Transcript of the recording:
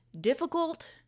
difficult